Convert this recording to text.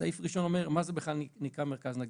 הסעיף הראשון אומר מה זה בכלל נקרא "מרכז נגיש",